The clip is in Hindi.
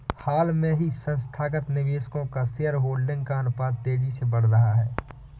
हाल ही में संस्थागत निवेशकों का शेयरहोल्डिंग का अनुपात तेज़ी से बढ़ रहा है